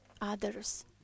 others